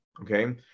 Okay